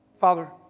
Father